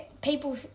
people